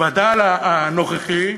הווד"ל הנוכחי,